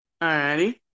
Alrighty